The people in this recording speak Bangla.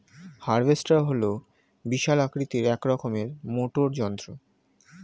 হার্ভেস্টার হল বিশাল আকৃতির এক রকমের মোটর যন্ত্র